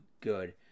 good